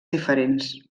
diferents